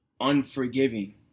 unforgiving